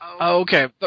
Okay